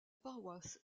paroisse